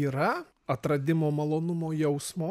yra atradimo malonumo jausmo